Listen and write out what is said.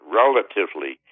relatively